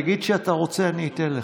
תגיד שאתה רוצה, אני אתן לך.